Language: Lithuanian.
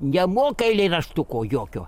nemoka eilėraštuko jokio